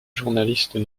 journalistes